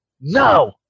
no